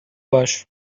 باش